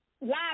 live